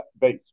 base